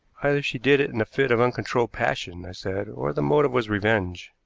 either she did it in a fit of uncontrollable passion, i said, or the motive was revenge.